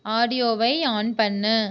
ஆடியோவை ஆன் பண்ணு